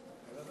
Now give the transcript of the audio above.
לסדר-היום